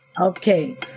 Okay